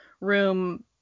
room